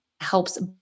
helps